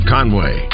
Conway